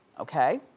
okay?